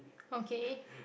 okay